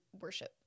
worship